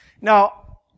Now